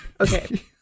Okay